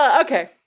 Okay